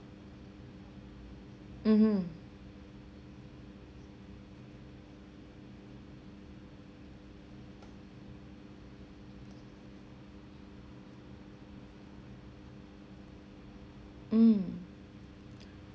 mmhmm mm